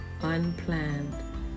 unplanned